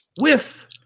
Whiff